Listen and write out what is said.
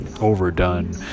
overdone